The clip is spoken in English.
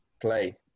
play